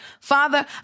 Father